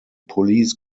police